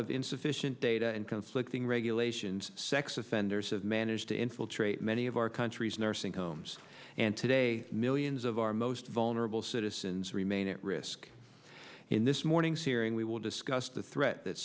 of insufficient data and conflicting regulations sex offenders have managed to infiltrate many of our country's nursing homes and today millions of our most vulnerable citizens remain at risk in this morning's hearing we will discuss the threat that